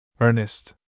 Ernest